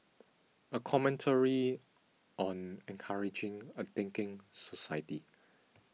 a commentary on encouraging a thinking society